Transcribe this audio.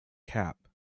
cap